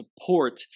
support